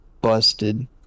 busted